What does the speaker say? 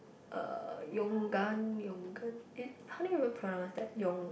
uh Yoogane Yoogane it how do you even pronounce that yoo~